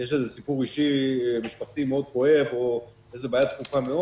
שבהם יש איזה סיפור אישי-משפחתי מאוד כואב או איזו בעיה דחופה מאוד.